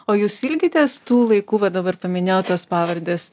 o jūs ilgitės tų laikų va dabar paminėjot tas pavardes